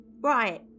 Right